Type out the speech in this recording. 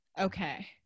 okay